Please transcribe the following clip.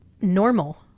normal